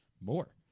more